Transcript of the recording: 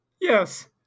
Yes